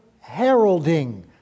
heralding